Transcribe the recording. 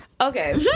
Okay